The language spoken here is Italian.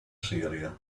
siria